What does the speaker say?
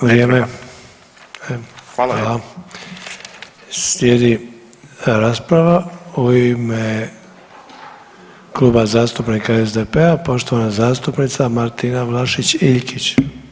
U ime Kluba zastupnika SDP-a poštovana zastupnica Martina Vlašić Iljkić.